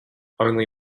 only